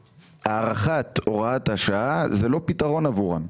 ההארכת הוראת השעה זה לא פתרון עבורם.